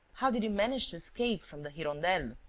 how did you manage to escape from the hirondelle?